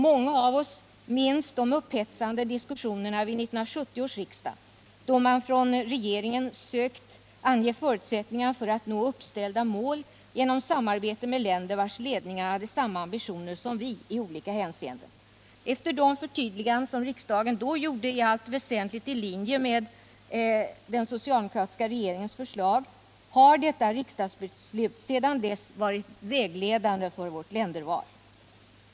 Många av oss minns de upphetsade diskussionerna vid 1970 års riksdag, då man från regeringen sökt ange förutsättningarna för att nå uppställda mål genom samarbete med länder vars ledningar hade samma ambitioner som vi i olika hänseenden. Efter de förtydliganden som riksdagen då gjorde, i allt väsentligt i linje med den socialdemokratiska regeringens förslag, har detta riksdagsbeslut sedan dess varit vägledande för vårt länderval.